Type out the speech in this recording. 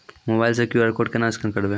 Mobile से QR code केना scan करबै?